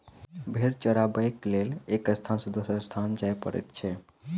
भेंड़ चरयबाक लेल एक स्थान सॅ दोसर स्थान जाय पड़ैत छै